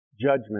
judgment